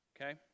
Okay